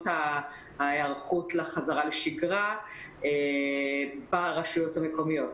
ההיערכות לחזרה לשגרה ברשויות המקומיות.